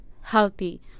healthy